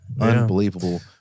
Unbelievable